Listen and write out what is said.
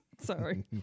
sorry